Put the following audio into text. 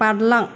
बारलां